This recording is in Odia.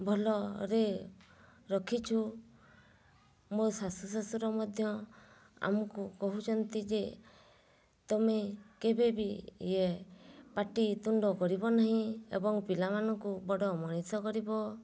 ଭଲରେ ରଖିଛୁ ମୋ ଶାଶୁ ଶ୍ଵଶୁର ମଧ୍ୟ ଆମକୁ କହୁଛନ୍ତି ଯେ ତମେ କେବେବି ଇଏ ପାଟି ତୁଣ୍ଡ କରିବ ନାହିଁ ଏବଂ ପିଲାମାନଙ୍କୁ ବଡ଼ ମଣିଷ କରିବ